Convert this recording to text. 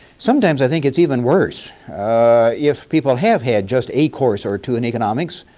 sometimes i think it's even worse if people have had just a course or two in economics.